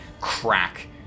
crack